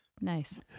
nice